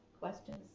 questions